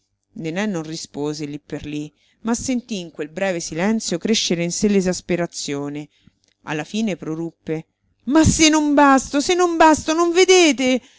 meglio nené non rispose lì per lì ma sentì in quel breve silenzio crescere in sé l'esasperazione alla fine proruppe ma se non basto se non basto non vedete